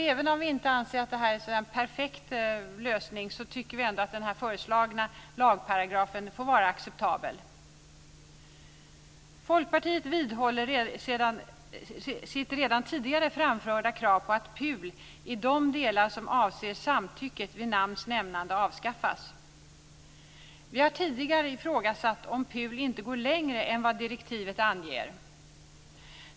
Även om vi inte anser att detta är en perfekt lösning tycker vi ändå att den föreslagna lagparagrafen får vara acceptabel. Folkpartiet vidhåller sitt redan tidigare framförda krav på att PUL i de delar som avser samtycke vid namns nämnande avskaffas. Vi har tidigare ifrågasatt om PUL inte går längre än vad direktivet anger.